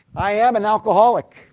i am an alcoholic,